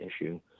issue